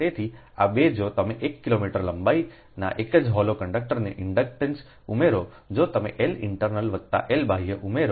તેથી આ 2 જો તમે 1 કિલોમીટર લંબાઈના એક જ હોલો કંડક્ટરનો ઇન્ડક્ટન્સ ઉમેરો જો તમે L ઇન્ટરનલ વત્તા L બાહ્ય ઉમેરો